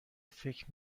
فکر